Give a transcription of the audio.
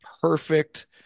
perfect